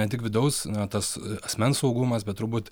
ne tik vidaus na tas asmens saugumas bet turbūt